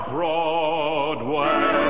Broadway